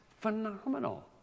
phenomenal